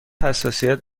حساسیت